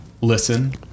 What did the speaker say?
listen